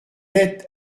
être